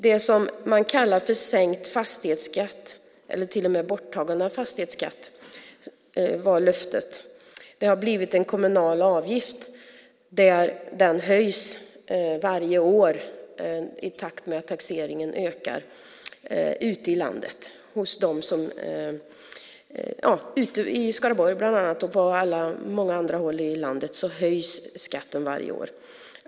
Det som man kallar "sänkt fastighetsskatt" eller till och med "borttagande av fastighetsskatt" - det var löftet - har blivit en kommunal avgift. Den höjs varje år i takt med att taxeringen ökar ute i landet. Bland annat i Skaraborg och på många andra håll i landet höjs skatten varje år.